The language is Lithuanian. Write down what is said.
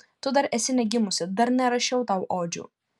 tu dar esi negimusi dar nerašiau tau odžių